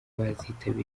bazitabira